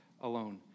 alone